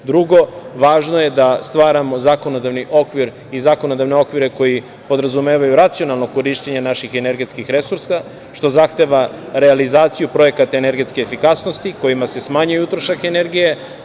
Drugo, važno je da stvaramo zakonodavne okvire koji podrazumevaju racionalno korišćenje naših energetskih resursa, što zahteva realizaciju projekata energetske efikasnosti kojima se smanjuje utrošak energije.